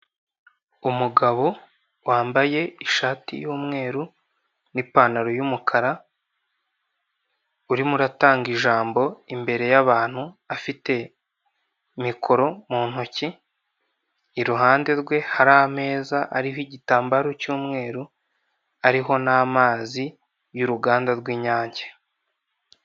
Umugabo wambaye ishati y'umweru n'ipantaro y'umukara, urimo uratanga ijambo imbere y'abantu, afite mikoro mu ntoki, iruhande rwe hari ameza ariho igitambaro cy'umweru, ariho n'amazi y'uruganda rw'Inyange.